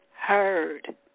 heard